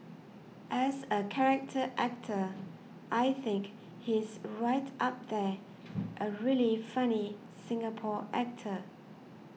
as a character actor I think he's right up there a really funny Singapore actor